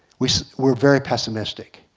which is we're very pessimistic.